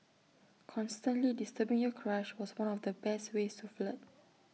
constantly disturbing your crush was one of the best ways to flirt